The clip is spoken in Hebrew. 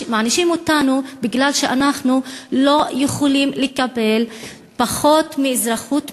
מענישים אותנו כי אנחנו לא יכולים לקבל פחות מאזרחות מלאה,